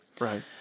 right